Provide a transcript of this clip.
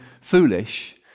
foolish